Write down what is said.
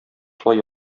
шулай